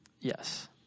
Yes